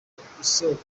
isoko